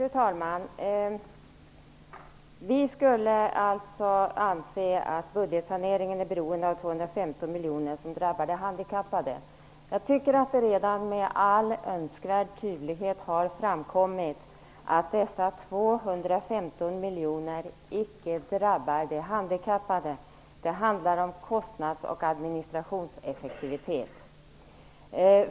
Fru talman! Vi skulle alltså anse att budgetsaneringen är beroende av en besparing på 215 miljoner kronor som drabbar de handikappade. Jag tycker att det redan med all önskvärd tydlighet har framkommit att dessa 215 miljoner kronor icke drabbar de handikappade. Det handlar om kostnads och administarationseffektivitet.